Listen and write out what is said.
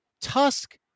Tusk